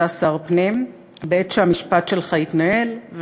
אתה שר הפנים בעת שהמשפט שלך התנהל,